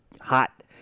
hot